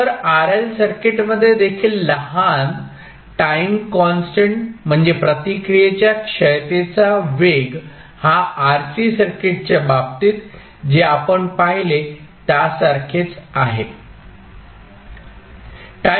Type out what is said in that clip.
तर RL सर्किटमध्ये देखील लहान टाईम कॉन्स्टंट म्हणजे प्रतिक्रियेच्या क्षयतेचा वेग हा RC सर्किटच्या बाबतीत जे आपण पाहिले त्यासारखेच आहे